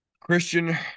Christian